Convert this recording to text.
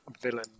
villain